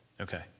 Okay